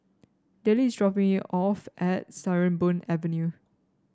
Dellie is dropping me off at Sarimbun Avenue